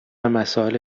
مسائل